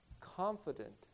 confident